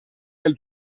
del